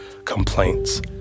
complaints